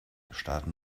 starten